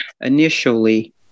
initially